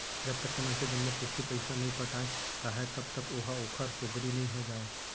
जब तक के मनसे जम्मो किस्ती पइसा नइ पटाय राहय तब तक ओहा ओखर पोगरी नइ हो जाय